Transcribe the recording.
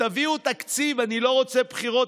תביאו תקציב, אני לא רוצה בחירות.